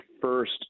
first